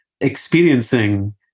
experiencing